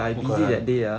不可能